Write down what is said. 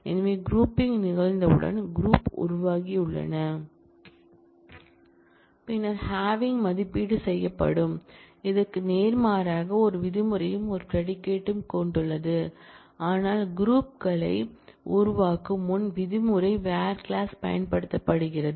எனவே க்ரூப்பிங் நிகழ்ந்தவுடன் க்ரூப் உருவாகியுள்ளன பின்னர் ஹேவிங் பிரிவு மதிப்பீடு செய்யப்படும் இதற்கு நேர்மாறாக ஒரு விதிமுறையும் ஒரு ப்ரெடிகேட் கொண்டுள்ளது ஆனால் க்ரூப்க்களை உருவாக்கும் முன் விதிமுறை வேர் கிளாஸ் பயன்படுத்தப்படுகிறது